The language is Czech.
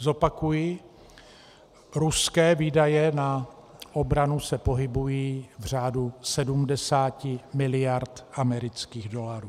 Zopakuji ruské výdaje na obranu se pohybují v řádu 70 miliard amerických dolarů.